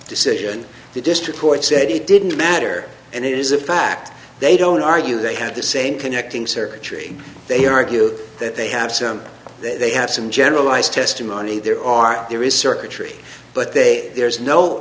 decision the district court said it didn't matter and it is a fact they don't argue they have the same connecting circuitry they argue that they have some they have some generalized testimony there are there is circuitry but they there's no